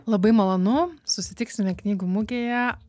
labai malonu susitiksime knygų mugėje